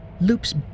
loops